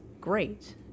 great